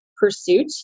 pursuit